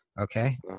Okay